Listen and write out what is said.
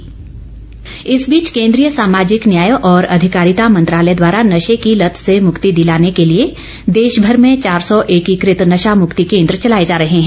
नशा मुक्ति दिवस इस बीच केंद्रीय सामाजिक न्याय और आधिकारिता मंत्रालय द्वारा नशे की लत से मुक्ति दिलाने के लिए देशभर में चार सौ एकीकृत नशा मुक्ति केन्द्र चलाए जा रहे हैं